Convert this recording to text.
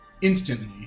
Instantly